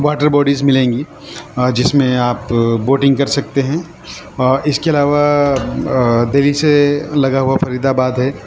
water bodies ملیں گی جس میں آپ بوٹنگ کر سکتے ہیں اور اس کے علاوہ دہلی سے لگا ہوا فریدآباد ہے